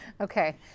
Okay